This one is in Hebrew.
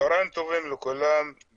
צהריים טובים לכולם.